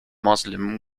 muslim